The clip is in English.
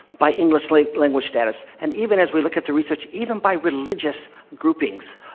by english-language status. and even as we look at the research even by religious groupings,